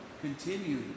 continue